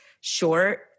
short